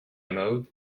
mode